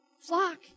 Flock